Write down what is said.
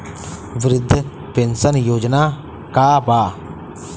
वृद्ध पेंशन योजना का बा?